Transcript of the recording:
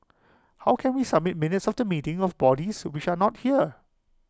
how can we submit minutes of the meeting of bodies which are not here